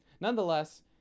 nonetheless